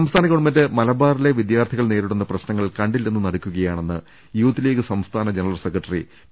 സംസ്ഥാന ഗവൺമെന്റ് മലബാറിലെ വിദ്യാർത്ഥികൾ നേരിടുന്ന പ്രശ്നങ്ങൾ കണ്ടില്ലെന്ന് നടിക്കുകയാണെന്ന് യൂത്ത് ലീഗ് സംസ്ഥാന ജനറൽ സെക്രട്ടറി പി